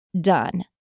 done